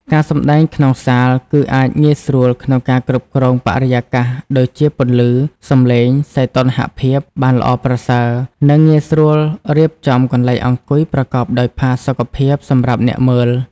ការសម្តែងក្នុងសាលគឺអាចងាយស្រួលក្នុងការគ្រប់គ្រងបរិយាកាស ដូចជាពន្លឺ សម្លេង សីតុណ្ហភាព បានល្អប្រសើរ និងងាយស្រួលរៀបចំកន្លែងអង្គុយប្រកបដោយផាសុកភាពសម្រាប់អ្នកមើល។